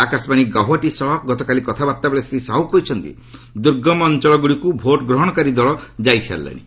ଆକାଶବାଣୀ ଗୌହାଟୀ ସହ ଗତକାଲି କଥାବାର୍ତ୍ତାବେଳେ ଶ୍ରୀ ସାହୁ କହିଛନ୍ତି ଦୁର୍ଗମ ଅଞ୍ଚଳଗୁଡ଼ଇକୁ ଭୋଟ୍ଗ୍ରହଣକାରୀ ଦଳ ଯାଇସାରିଲେଣି